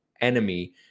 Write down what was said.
enemy